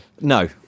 No